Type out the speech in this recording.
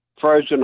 frozen